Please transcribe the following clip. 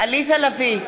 עליזה לביא,